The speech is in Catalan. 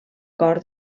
cor